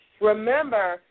remember